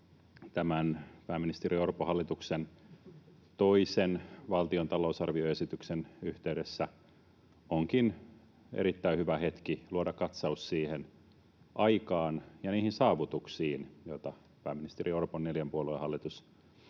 Tämän pääministeri Orpon hallituksen toisen valtion talousarvioesityksen yhteydessä onkin erittäin hyvä hetki luoda katsaus siihen aikaan ja niihin saavutuksiin, joita pääministeri Orpon neljän puolueen hallitus